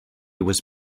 was